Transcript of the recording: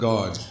God